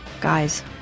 guys